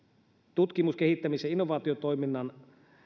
tutkimus kehittämis ja innovaatiotoiminnan